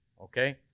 Okay